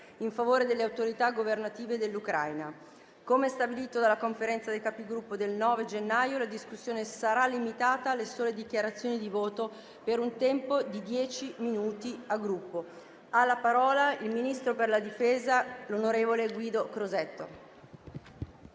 in favore delle autorità governative dell'Ucraina». Come stabilito dalla Conferenza dei Capigruppo del 9 gennaio, la discussione sarà limitata alle sole dichiarazioni di voto per un tempo di dieci minuti per Gruppo. Ha facoltà di parlare il ministro della difesa, Crosetto.